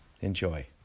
Enjoy